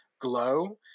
Glow